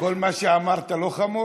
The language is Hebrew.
כל מה שאמרת לא חמור?